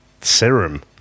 serum